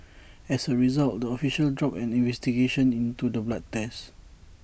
as A result the official dropped an investigation into the blood test